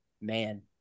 man